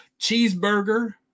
cheeseburger